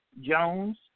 Jones